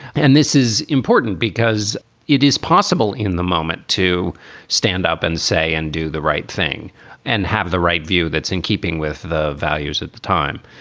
and this is important because it is possible in the moment to stand up and say and do the right thing and have the right view. that's in keeping with the values at the time.